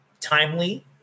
timely